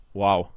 wow